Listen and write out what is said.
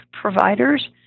providers